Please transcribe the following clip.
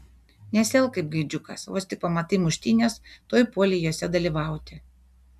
nesielk kaip gaidžiukas vos tik pamatai muštynes tuoj puoli jose dalyvauti